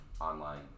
online